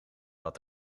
had